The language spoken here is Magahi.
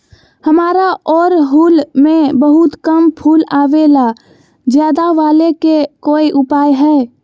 हमारा ओरहुल में बहुत कम फूल आवेला ज्यादा वाले के कोइ उपाय हैं?